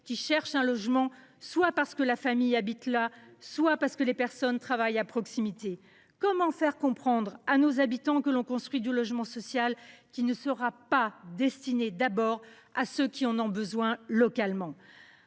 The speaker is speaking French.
qui cherchent un logement, soit parce que la famille habite là, soit parce que les personnes travaillent à proximité. Comment faire comprendre à nos habitants que l’on construit du logement social qui ne sera pas destiné en priorité à ceux qui en ont besoin localement ?